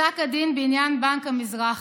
בפסק הדין בעניין בנק המזרחי.